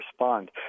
respond